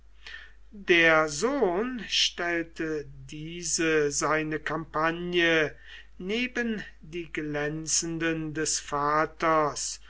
der sohn stellte diese seine kampagne neben die glänzenden des vaters